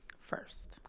first